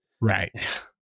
Right